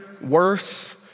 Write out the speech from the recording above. worse